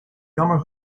jammer